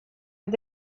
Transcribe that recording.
det